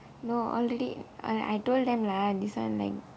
no already I I told them lah this [one] like